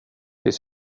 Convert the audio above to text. det